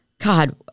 God